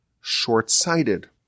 short-sighted